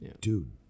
dude